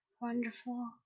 wonderful